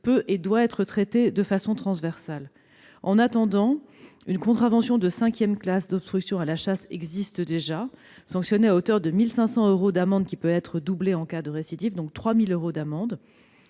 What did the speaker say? peut et doit être traité de façon transversale. En attendant, une contravention de cinquième classe d'obstruction à la chasse existe déjà ; elle sanctionne à hauteur de 1 500 euros d'amende- montant qui peut être doublé en cas de récidive, soit 3 000 euros d'amende